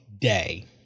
day